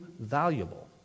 valuable